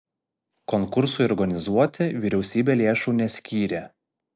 konkursui organizuoti vyriausybė lėšų neskyrė